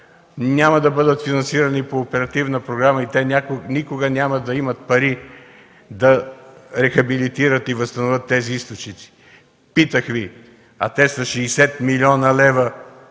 няма да бъдат финансирани по оперативна програма и те никога няма да имат пари да рехабилитират и възстановят тези източници. Питах Ви – а те са 60 млн. лв.,